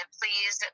please